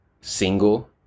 single